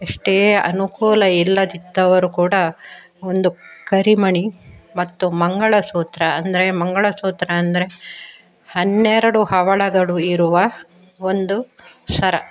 ಎಷ್ಟೇ ಅನುಕೂಲ ಇಲ್ಲದಿದ್ದವರು ಕೂಡ ಒಂದು ಕರಿಮಣಿ ಮತ್ತು ಮಂಗಳಸೂತ್ರ ಅಂದರೆ ಮಂಗಳಸೂತ್ರ ಅಂದರೆ ಹನ್ನೆರಡು ಹವಳಗಳು ಇರುವ ಒಂದು ಸರ